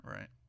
Right